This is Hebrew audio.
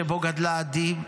שבו גדלה עדי,